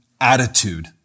attitude